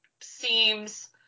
seems